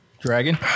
Dragon